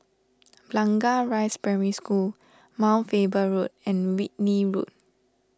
Blangah Rise Primary School Mount Faber Road and Whitley Road